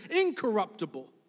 incorruptible